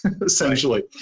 essentially